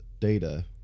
data